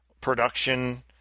production